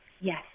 yes